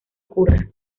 ocurra